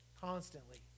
constantly